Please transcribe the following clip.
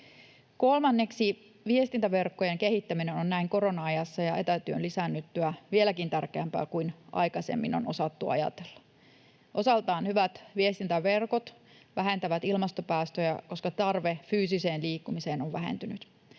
Kolmanneksi viestintäverkkojen kehittäminen on näin korona-ajassa ja etätyön lisäännyttyä vieläkin tärkeämpää kuin aikaisemmin on osattu ajatella. Osaltaan hyvät viestintäverkot vähentävät ilmastopäästöjä, koska tarve fyysiseen liikkumiseen on vähentynyt.